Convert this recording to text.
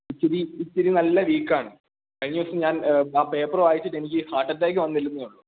ഇത്തിരി ഇത്തിരി നല്ല വീക്കാണ് കഴിഞ്ഞദിവസം ഞാൻ ആ പേപ്പര് വായിച്ചിട്ട് എനിക്ക് ഹാർട്ട് അറ്റാക്ക് വന്നില്ലെന്നേയുള്ളൂ